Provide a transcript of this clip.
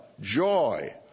joy